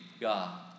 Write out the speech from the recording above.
God